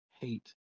hate